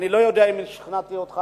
אני לא יודע אם שכנעתי אותך,